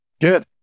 Good